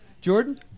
Jordan